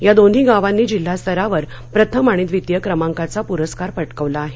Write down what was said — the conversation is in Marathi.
या दोन्ही गावांनी जिल्हास्तरावर प्रथम आणि द्वितीय क्रमांकाचा प्रस्कार प क्रिावला आहे